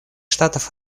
штатов